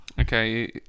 Okay